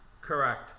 correct